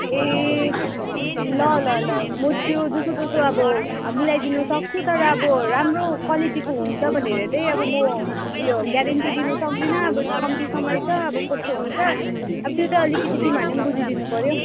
ए ल ल ल म त्यो जसोतसो अब मिलाइदिनु सक्छु तर अब राम्रो क्वालिटीको हुन्छ भनेर चाहिँ अब म उयो ग्यारेन्टी दिनु सक्दिनँ अब कम्ती समय छ अब कस्तो हुन्छ अब त्यो त अलिकति तिमीहरूले पनि बुझिदिनु पऱ्यो